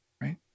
right